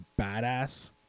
badass